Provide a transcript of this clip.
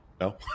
no